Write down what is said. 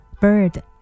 Bird